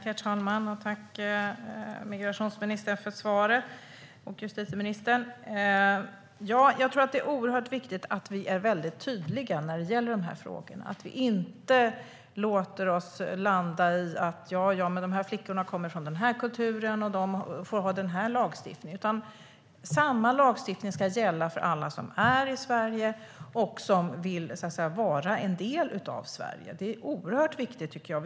Herr talman! Tack, justitie och migrationsministern, för svaret! Ja, jag tror att det är oerhört viktigt att vi är väldigt tydliga när det gäller de här frågorna och att vi inte låter oss landa i detta: Ja, ja, men de här flickorna kommer från den här kulturen, och de får ha den här lagstiftningen. Samma lagstiftning ska gälla för alla som är i Sverige och som vill vara en del av Sverige. Det är oerhört viktigt, tycker jag.